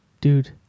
Dude